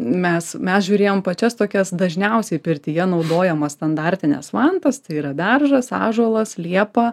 mes mes žiūrėjom pačias tokias dažniausiai pirtyje naudojamas standartines vantas tai yra beržas ąžuolas liepa